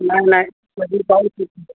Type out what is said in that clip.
नाही नाही